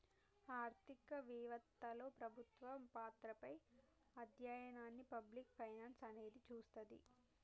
ఆర్థిక వెవత్తలో ప్రభుత్వ పాత్రపై అధ్యయనాన్ని పబ్లిక్ ఫైనాన్స్ అనేది చూస్తది